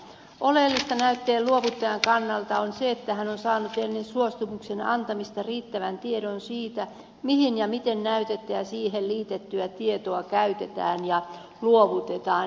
oleellista näytteen luovuttajan kannalta on se että hän on saanut ennen suostumuksen antamista riittävän tiedon siitä mihin ja miten näytettä ja siihen liitettyä tietoa käytetään tai luovutetaan